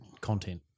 content